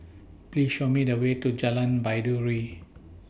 Please Show Me The Way to Jalan Baiduri